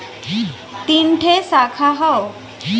तीन ठे साखा हौ